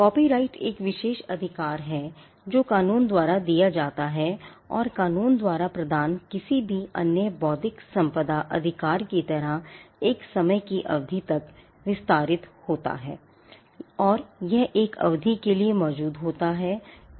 copyright एक विशेष अधिकार है जो कानून द्वारा दिया जाता और कानून द्वारा प्रदान किसी भी अन्य बौद्धिक संपदा अधिकार की तरह एक समय की अवधि तक विस्तारित होता है और यह एक अवधि के लिए मौजूद होता है